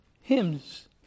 hymns